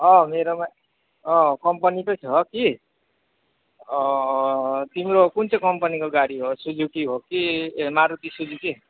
अँ मेरोमा अँ कम्पनीकै छ कि तिम्रो कुन चाहिँ कम्पनीको गाडी हो सुजुकी हो कि ए मारूति सुजुकी